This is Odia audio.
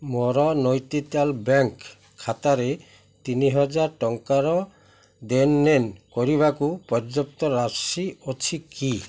ମୋର ନୈନିତାଲ ବ୍ୟାଙ୍କ ଖାତାରେ ତିନିହଜାର ଟଙ୍କାର ଦେଣନେଣ କରିବାକୁ ପର୍ଯ୍ୟାପ୍ତ ରାଶି ଅଛି କି